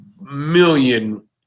million